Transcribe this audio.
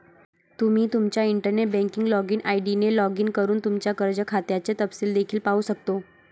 तुम्ही तुमच्या internet banking login ID ने लॉग इन करून तुमच्या कर्ज खात्याचे तपशील देखील पाहू शकता